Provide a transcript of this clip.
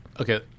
Okay